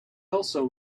also